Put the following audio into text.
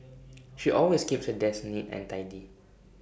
she always keeps her desk neat and tidy